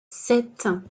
sept